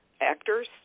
actors